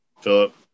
Philip